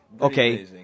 Okay